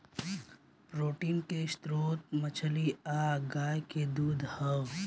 protein के स्त्रोत मछली आ गाय के दूध ह